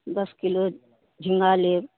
दश किलो झिंगा लेब